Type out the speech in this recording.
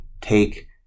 take